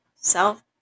South